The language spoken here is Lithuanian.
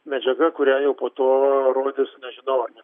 medžiaga kurią jau po to rodys nežinau ar ne